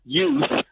youth